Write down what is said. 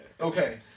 Okay